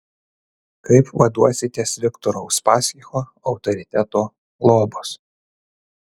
kaip vaduositės viktoro uspaskicho autoriteto globos